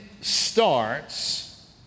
starts